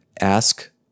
Ask